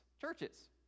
churches